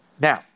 now